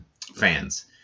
fans